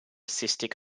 cystic